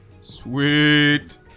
Sweet